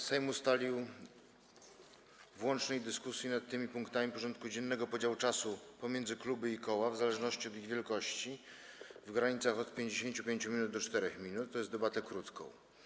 Sejm ustalił w łącznej dyskusji nad tymi punktami porządku dziennego podział czasu pomiędzy kluby i koła, w zależności od ich wielkości, w granicach od 55 minut do 4 minut, tj. debatę krótką.